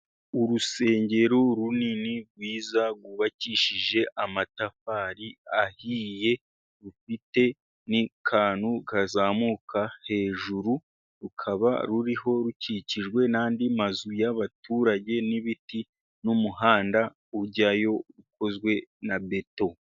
Urusengero runini, rwiza, rwubakishije amatafari ahiye, rufite n'akantu kazamuka hejuru. Rukaba ruriho, rukikijwe n’andi mazu y’abaturage, n’ibiti, n’umuhanda ujyayo, ukozwe na beto.